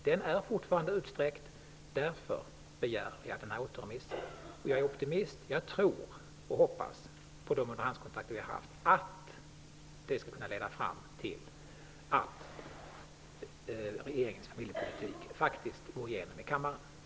Den är fortfarande utsträckt. Därför begär vi återremiss, och jag är optimist. Jag tror och hoppas, på grundval av de underhandskontakter vi har haft, att återremissen skall kunna leda fram till att regeringens familjepolitik faktiskt går igenom i kammaren.